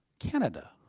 canada.